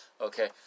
okay